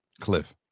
Cliff